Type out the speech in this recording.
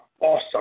awesome